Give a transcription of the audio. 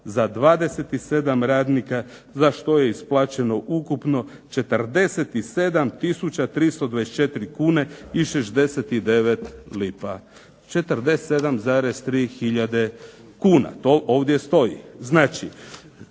za 27 radnika za što je isplaćeno ukupno 47 tisuća 324 kune i 69 lipa. 47,3 hiljade kuna, to ovdje stoji.